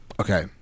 Okay